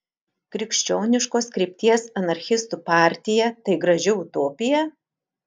krikščioniškos krypties anarchistų partija tai graži utopija